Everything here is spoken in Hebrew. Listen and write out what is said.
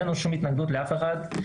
אין לנו שום התנגדות לאף אחד,